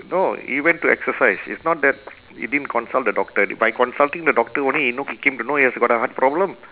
no he went to exercise it's not that he didn't consult the doctor by consulting the doctor only he know he came to know he has got a heart problem